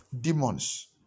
demons